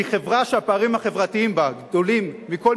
כי חברה שהפערים החברתיים בה גדולים מבכל